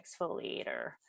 exfoliator